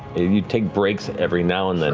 you take breaks every now and then